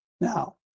Now